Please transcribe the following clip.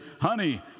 Honey